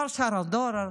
לא על שער הדולר,